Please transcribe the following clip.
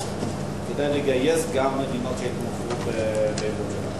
כדי לגייס מדינות שיתמכו בעמדות שלנו.